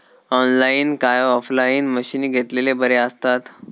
Online काय offline मशीनी घेतलेले बरे आसतात?